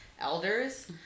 elders